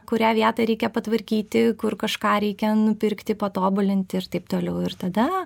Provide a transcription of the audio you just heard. kurią vietą reikia patvarkyti kur kažką reikia nupirkti patobulinti ir taip toliau ir tada